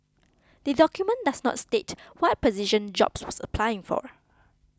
the document but does not state what position Jobs was applying for